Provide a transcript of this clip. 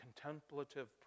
contemplative